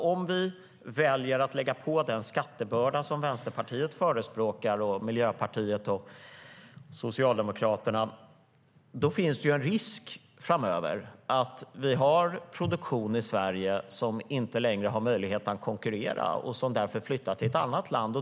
Om vi väljer att lägga på den skattebörda som Vänsterpartiet, Miljöpartiet och Socialdemokraterna förespråkar finns det en risk för att vi framöver får produktion i Sverige som inte längre har möjlighet att konkurrera och därför flyttar till ett annat land.